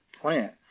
plant